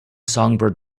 songbird